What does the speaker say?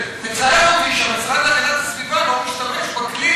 ומצער אותי שהמשרד להגנת הסביבה לא משתמש בכלי